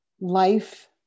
life